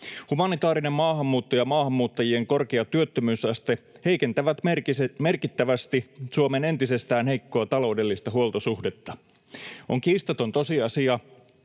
Humanitaarinen maahanmuutto ja maahanmuuttajien korkea työttömyysaste heikentävät merkittävästi Suomen entisestään heikkoa taloudellista huoltosuhdetta. On kiistaton tosiasia,